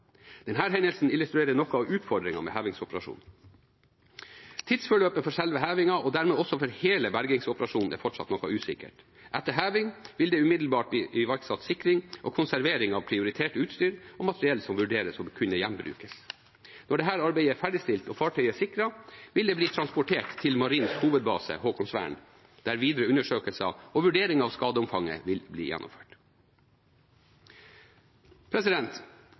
hendelsen illustrerer noe av utfordringen med hevingsoperasjonen. Tidsforløpet for selve hevingen og dermed også for hele bergingsoperasjonen er fortsatt noe usikkert. Etter heving vil det umiddelbart bli iverksatt sikring og konservering av prioritert utstyr og materiell som vurderes å kunne gjenbrukes. Når dette arbeidet er ferdigstilt og fartøyet er sikret, vil det bli transportert til Marinens hovedbase Haakonsvern, der videre undersøkelser og vurderinger av skadeomfanget vil bli gjennomført.